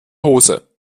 hose